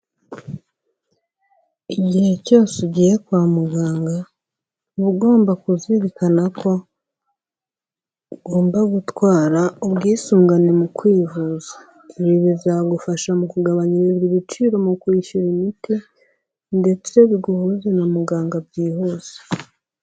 Igihe cyose ugiye kwa muganga, uba ugomba kuzirikana ko ugomba gutwara ubwisungane mu kwivuza. Ibi bizagufasha mu kugabanyirizwa ibiciro mu kwishyura imiti ndetse biguhuze na muganga byihuse.